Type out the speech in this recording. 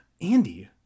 Andy